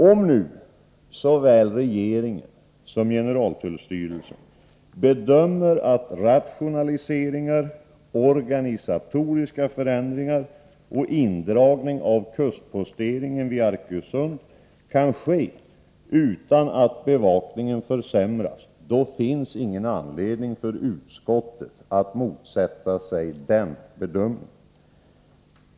Om nu såväl regeringen som generaltullstyrelsen bedömer att rationaliseringar, organisatoriska förändringar och indragning av kustposteringen vid Arkösund kan ske utan att bevakningen försämras, finns det ingen anledning för utskottet att motsätta sig denna bedömning.